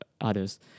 others